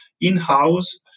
in-house